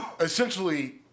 essentially